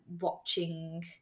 watching